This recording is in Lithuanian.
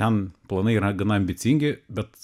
ten planai yra gana ambicingi bet